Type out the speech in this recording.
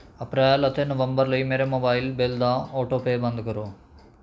ਅਪ੍ਰੈਲ ਅਤੇ ਨਵੰਬਰ ਲਈ ਮੇਰੇ ਮੋਬਾਇਲ ਬਿੱਲ ਦਾ ਆਟੋ ਪੇਅ ਬੰਦ ਕਰੋ